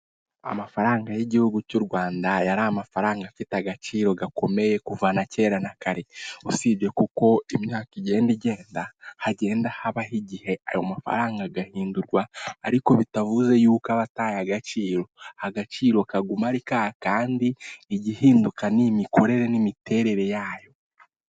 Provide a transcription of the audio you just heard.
Amafaranga y'igihugu cy'u Rwanda yari amafaranga afite agaciro gakomeye kuva na kera na kare usibye kuko imyaka igenda igenda hagenda habaho igihe ayo mafaranga agahindurwa ariko bitavuze y'uko abataye agaciro agaciro kaguma arika kandi igihinduka ni imikorere n'imiterere yayo.